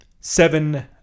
seven